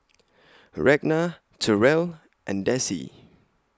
Ragna Terell and Dessie